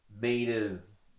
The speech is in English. meters